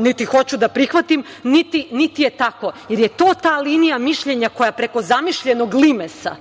niti to hoću da prihvatim, niti je tako. Jel to ta linija mišljenja koja preko zamišljenog limesa,